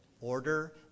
order